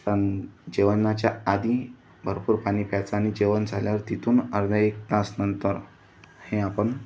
पण जेवणाच्या आधी भरपूर पाणी प्यायचं आणि जेवण झाल्यावर तिथून अर्धा एक तास नंतर हे आपण